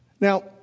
Now